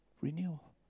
renewal